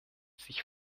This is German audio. sich